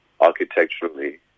architecturally